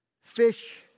fish